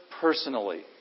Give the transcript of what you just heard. personally